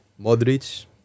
Modric